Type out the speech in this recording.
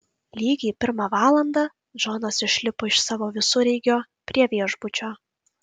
lygiai pirmą valandą džonas išlipo iš savo visureigio prie viešbučio